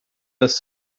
das